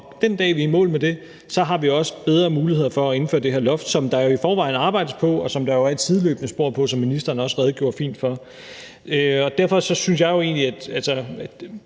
den dag, vi er i mål med det, har vi også bedre muligheder for at indføre det her loft, som der i forvejen arbejdes på, og som der er et sideløbende spor på, som ministeren også redegjorde fint for. Derfor synes jeg jo egentlig, at